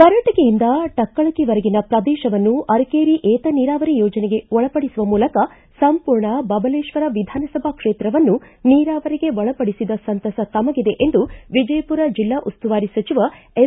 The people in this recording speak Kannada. ಬರಟಗಿಯಿಂದ ಟಕ್ಕಳಕಿವರೆಗಿನ ಪ್ರದೇಶವನ್ನು ಅರಕೇರಿ ಏತ ನೀರಾವರಿ ಯೋಜನೆಗೆ ಒಳಪಡಿಸುವ ಮೂಲಕ ಸಂಪೂರ್ಣ ಬಬಲೇಶ್ವರ ವಿಧಾನಸಭಾ ಕ್ಷೇತ್ರವನ್ನು ನೀರಾವರಿಗೆ ಒಳಪಡಿಸಿದ ಸಂತಸ ತಮಗಿದೆ ಎಂದು ವಿಜಯಪುರ ಜಿಲ್ಲಾ ಉಸ್ತುವಾರಿ ಸಚಿವ ಎಂ